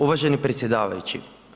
Uvaženi predsjedavajući.